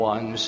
One